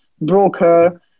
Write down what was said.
broker